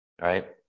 right